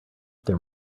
there